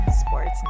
Sports